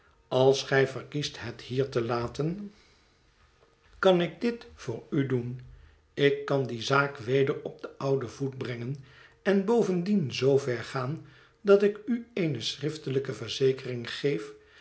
als gij verkiest het hier te laten kan ik dit voor u doen ik kan die zaak weder op den ouden voet brengen en bovendien zoo ver gaan dat ik u eene schriftelijke verzekering geef